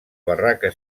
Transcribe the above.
barraca